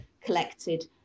collected